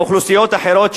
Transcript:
באוכלוסיות אחרות,